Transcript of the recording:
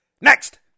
next